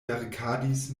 verkadis